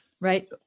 Right